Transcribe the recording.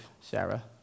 Sarah